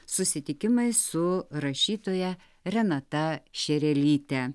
susitikimai su rašytoja renata šerelyte